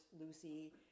Lucy